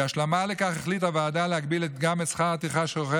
כהשלמה לכך החליטה הוועדה להגביל גם את שכר הטרחה שעורכי